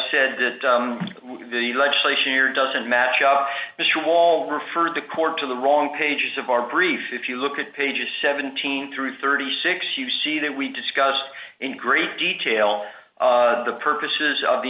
said the legislation here doesn't match up mr wall referred the court to the wrong pages of our brief if you look at pages seventeen through thirty six you see that we discussed in great detail the purposes of the